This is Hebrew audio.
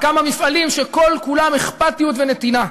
כמה מפעלים שכל-כולם אכפתיות ונתינה.